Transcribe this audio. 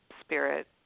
spirit